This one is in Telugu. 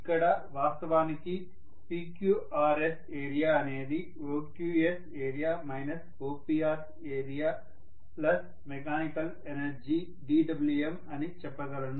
ఇక్కడ వాస్తవానికి PQRS ఏరియా అనేది OQS area minus OPR area plus mechanical ఎనర్జీdWmఅని చెప్పగలను